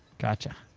gotcha.